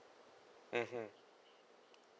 mmhmm